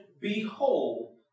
behold